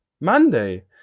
monday